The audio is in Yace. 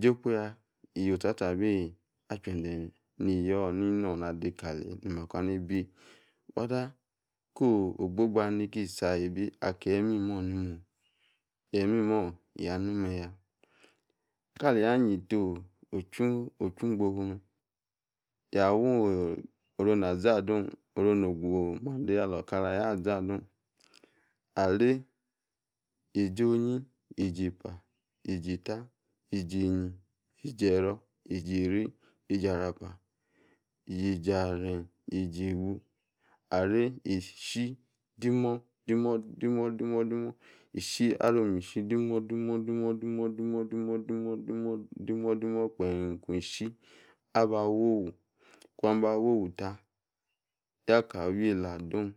Jobuga iyi o̱sasa aba chweze ni yio̱ no̱ na de kale ni makwana ibi whether ko ogbogba nikisi ayibi eyi imimo yanu omuya Kali ya yeta ochu igbofu me̱ yi wa orona azadun orona oguo mande alo okara yaza dung. Arie yeji onyi, yeji epa, yeji eta, yeji enyi, yeji ero̱ yeji eri, yeji arapa, yeji aren, yeji egu. Arie ishi demo̱ demo̱ demo̱demo̱ alomi shi demodemo̱ demo demo̱demo̱ gbem ku shi aba wowu. Akun aba wowu ta, yaka wu yela adum